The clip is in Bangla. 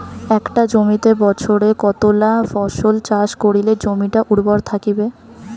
একটা জমিত বছরে কতলা ফসল চাষ করিলে জমিটা উর্বর থাকিবে?